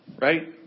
right